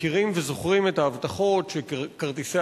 מכירים וזוכרים את ההבטחות שכרטיסי